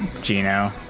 Gino